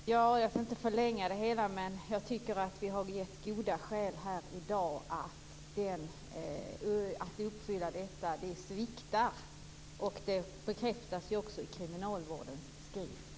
Fru talman! Jag skall inte förlänga debatten, men jag tycker att vi har gett goda skäl här i dag för att uppfylla detta. Det sviktar. Det bekräftas också i kriminalvårdens skrift.